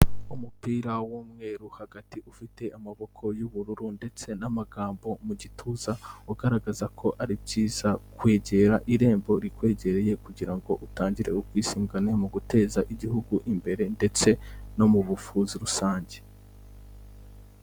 Umupira w'umweru hagati ufite amaboko y'ubururu ndetse n'amagambo mu gituza, ugaragaza ko ari byiza kwegera irembo rikwegereye kugira ngo utangire ubwisungane mu guteza igihugu imbere ndetse no mu buvuzi rusange.